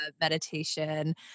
meditation